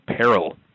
peril